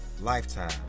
lifetime